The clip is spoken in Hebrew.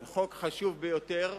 הוא חוק חשוב ביותר,